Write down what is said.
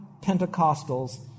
Pentecostals